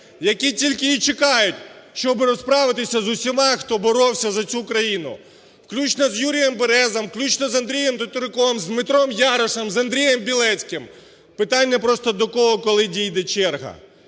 які тільки і чекають, щоби розправитися з усіма, хто боровся за цю країну, включно з Юрієм Березою, включно з Андрієм Тетеруком, з Дмитром Ярошем, з Андрієм Білецьким. Питання просто, до кого коли дійде черга.